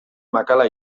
makala